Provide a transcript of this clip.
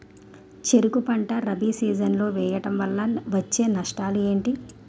చెరుకు పంట రబీ సీజన్ లో వేయటం వల్ల వచ్చే నష్టాలు ఏంటి?